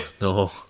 No